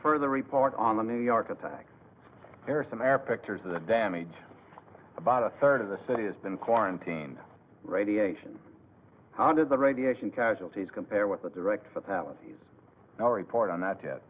further report on the new york attack there are some air pictures of the damage about a third of the city has been quarantined radiation how did the radiation casualties compare with the direct fatalities now report on that